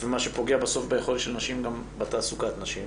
מה שפוגע בסופו של דבר גם בתעסוקת נשים.